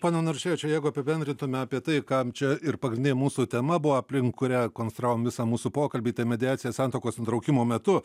pone naruševičiau jeigu apibendrintume apie tai kam čia ir pagrindinė mūsų tema buvo aplink kurią konstravom visą mūsų pokalbį ta mediacija santuokos nutraukimo metu